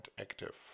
active